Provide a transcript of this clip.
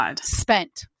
spent